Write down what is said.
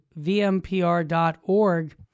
vmpr.org